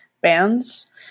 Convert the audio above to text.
bands